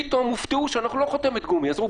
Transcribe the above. פתאום הופתעו שאנחנו לא חותמת גומי עצרו,